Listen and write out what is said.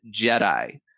Jedi